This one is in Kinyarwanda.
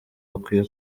bakwiye